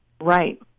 right